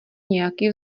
nějaký